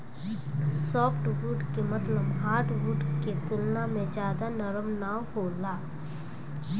softwood के मतलब hardwood के तुलना में ज्यादा नरम ना होला